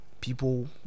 People